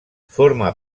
forma